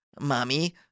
Mommy